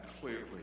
clearly